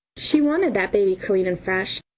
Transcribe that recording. she wanted that baby clean and fresh,